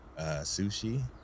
sushi